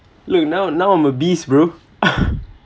look now now I'm a beast bro